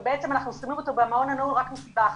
ובעצם אנחנו שמים אותו במעון הנעול רק מסיבה אחת,